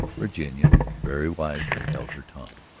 virginia very wisely held her tongue.